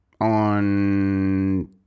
on